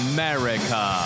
America